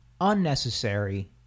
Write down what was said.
unnecessary